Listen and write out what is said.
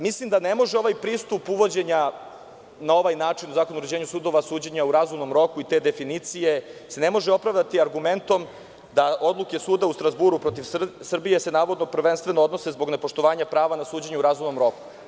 Mislim da se ne može ovaj pristup uvođenja na ovaj način u Zakon o uređenju sudova suđenja u razumnom roku i te definicije opravdati argumentom da odluke Suda u Strazburu protiv Srbije se, navodno, prvenstveno odnose zbog nepoštovanja prava na suđenje u razumnom roku.